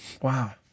Wow